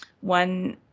one